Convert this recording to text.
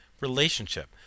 relationship